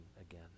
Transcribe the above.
again